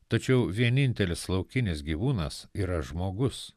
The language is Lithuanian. tačiau vienintelis laukinis gyvūnas yra žmogus